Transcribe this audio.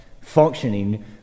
functioning